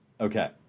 Okay